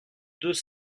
deux